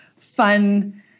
fun